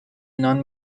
نان